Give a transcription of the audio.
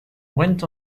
went